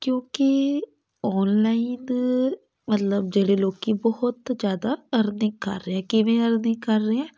ਕਿਉਂਕਿ ਔਨਲਾਈਨ ਮਤਲਬ ਜਿਹੜੇ ਲੋਕ ਬਹੁਤ ਜ਼ਿਆਦਾ ਅਰਨਿੰਗ ਕਰ ਰਹੇ ਕਿਵੇਂ ਅਰਨਿੰਗ ਕਰ ਰਹੇ ਹੈ